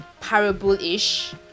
parable-ish